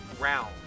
round